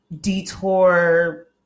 detour